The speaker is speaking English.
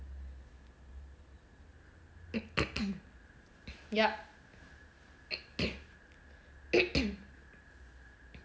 yup